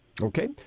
Okay